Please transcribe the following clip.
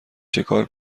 چیکار